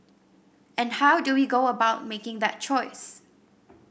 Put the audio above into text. and how do we go about making that choice